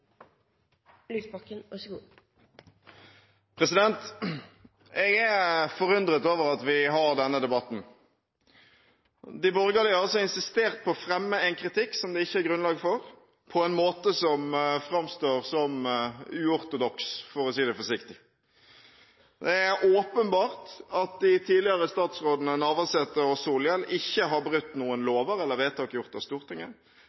forundret over at vi har denne debatten. De borgerlige har altså insistert på å fremme en kritikk som det ikke er grunnlag for, på en måte som framstår som uortodoks, for å si det forsiktig. Det er åpenbart at de tidligere statsrådene Navarsete og Solhjell ikke har brutt noen lover eller vedtak gjort av Stortinget,